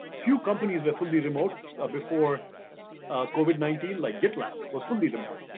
few companies were fully remote ah before covid nineteen like gitlab was fully remote.